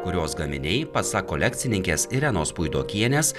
kurios gaminiai pasak kolekcininkės irenos puidokienės